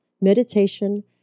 meditation